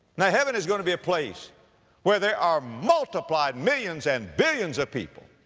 now heaven is going to be a place where there are multiplied millions and billions of people.